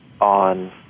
on